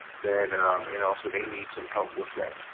then and also they need some help with that.